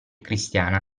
cristiana